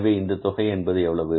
எனவே இந்த தொகை என்பது எவ்வளவு